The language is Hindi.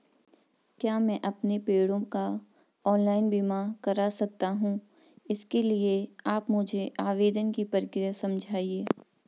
क्या मैं अपने पेड़ों का ऑनलाइन बीमा करा सकता हूँ इसके लिए आप मुझे आवेदन की प्रक्रिया समझाइए?